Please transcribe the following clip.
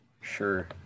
Sure